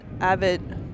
avid